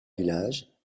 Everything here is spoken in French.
village